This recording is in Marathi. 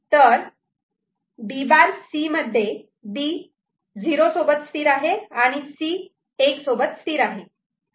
तर B' C मध्ये B झिरो सोबत स्थिर आहे आणि C '1' सोबत स्थिर आहे